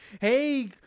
hey